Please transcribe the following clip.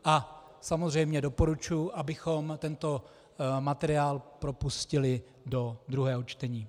A samozřejmě doporučuji, abychom tento materiál propustili do druhého čtení.